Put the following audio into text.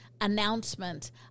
announcement